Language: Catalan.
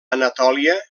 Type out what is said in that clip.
anatòlia